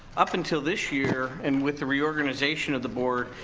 up until this year and with the reorganization of the board,